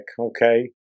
okay